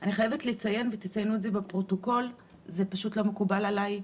אני חייבת לציין ותציינו את זה בפרוטוקול זה פשוט לא מקובל עלי,